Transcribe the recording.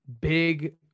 big